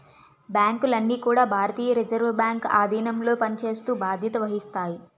బ్యాంకులన్నీ కూడా భారతీయ రిజర్వ్ బ్యాంక్ ఆధీనంలో పనిచేస్తూ బాధ్యత వహిస్తాయి